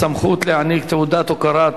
הסמכות להעניק תעודת הוקרה),